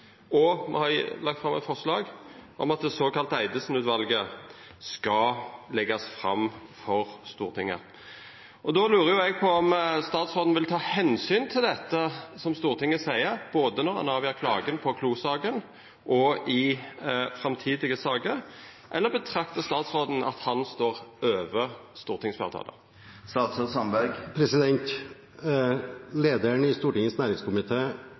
og me har lagt fram eit forslag om at det såkalla Eidesen-utvalet skal leggjast fram for Stortinget. Då lurer eg på om statsråden vil ta omsyn til det Stortinget seier, både når han avgjer klagen på Klo-saka, og i framtidige saker – eller meiner statsråden at han står over stortingfleirtalet? Lederen i Stortingets næringskomité har i